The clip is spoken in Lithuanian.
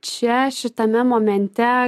čia šitame momente